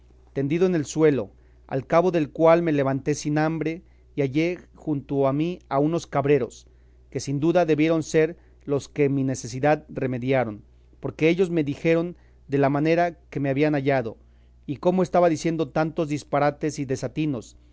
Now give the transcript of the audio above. tendido en el suelo al cabo del cual me levanté sin hambre y hallé junto a mí a unos cabreros que sin duda debieron ser los que mi necesidad remediaron porque ellos me dijeron de la manera que me habían hallado y cómo estaba diciendo tantos disparates y desatinos